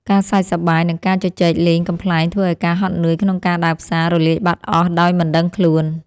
ការសើចសប្បាយ និងការជជែកលេងកំប្លែងធ្វើឱ្យការហត់នឿយក្នុងការដើរផ្សាររលាយបាត់អស់ដោយមិនដឹងខ្លួន។